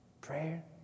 prayer